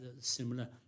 similar